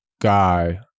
guy